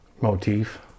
motif